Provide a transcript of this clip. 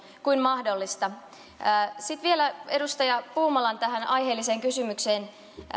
kuin mahdollista sitten vielä tähän edustaja puumalan aiheelliseen kysymykseen